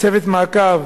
צוות מעקב